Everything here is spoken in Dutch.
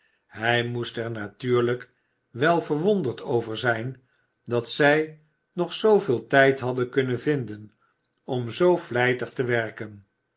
hij moest er natuurlijk wel verwonderd over zijn dat zij nog zooveel tijd hadden kunnen vinden om zoo vlijtig te werken